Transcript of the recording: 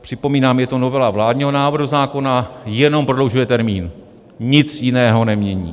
Připomínám, že je to novela vládního návrhu zákona, jenom prodlužuje termín, nic jiného nemění.